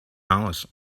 house